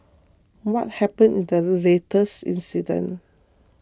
what happened in the latest incident